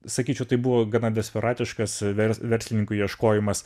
sakyčiau tai buvo gana desperatiškas vers verslininkų ieškojimas